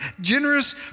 generous